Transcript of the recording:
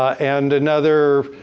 and another